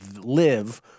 live –